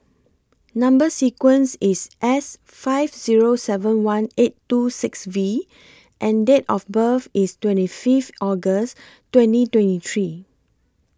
Number sequence IS S five Zero seven one eight two six V and Date of birth IS twenty five August twenty twenty three